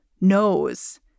knows